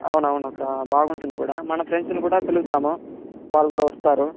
అవునవును ఒక బాగుంటుంది కూడా మన ఫ్రెండ్స్ని కూడా పిలుద్దాము వాళ్ళు కూడా వస్తారు